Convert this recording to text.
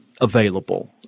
available